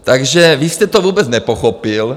Takže vy jste to vůbec nepochopil.